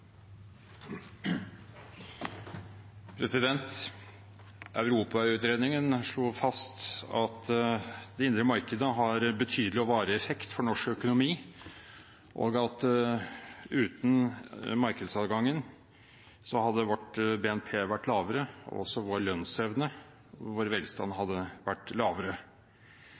Europautredningen slo fast at det indre markedet har betydelig og varig effekt for norsk økonomi, og at uten markedsadgangen hadde vårt BNP vært lavere. Også vår lønnsevne og vår velstand hadde vært lavere.